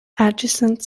adjacent